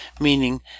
meaning